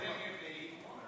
מירי רגב,